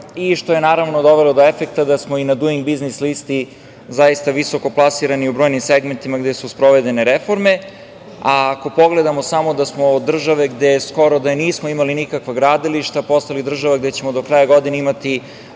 i što je dovelo do efekta da smo na Duing biznis listi zaista visoko plasirani u brojnim segmentima gde su sprovedene reforme. Ako pogledamo samo da smo od države gde skoro da nismo imali nikakva gradilišta postali država gde ćemo do kraja godine imati